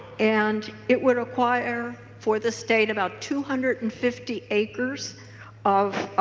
and it would require for the state about two hundred and fifty acres of